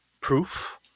proof